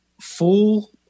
full